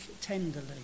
tenderly